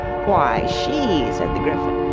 why, she said the gryphon.